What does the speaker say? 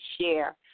share